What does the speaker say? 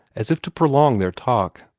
as if to prolong their talk.